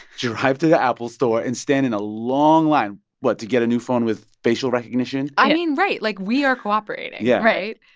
drive to the apple store and stand in a long line what? to get a new phone with facial recognition yeah i mean right. like, we are cooperating yeah right